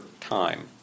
time